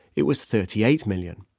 it was thirty eight million.